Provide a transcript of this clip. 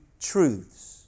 truths